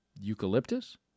Eucalyptus